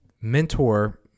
mentor